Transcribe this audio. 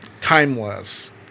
timeless